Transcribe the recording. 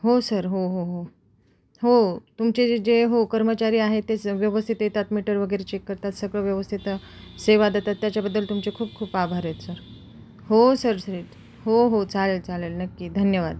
हो सर हो हो हो हो तुमचे जे जे हो कर्मचारी आहे तेच व्यवस्थित येतात मीटर वगैरे चेक करतात सगळं व्यवस्थित सेवा देतात त्याच्याबद्दल तुमचे खूप खूप आभार आहेत सर हो सर हो हो चालेल चालेल नक्की धन्यवाद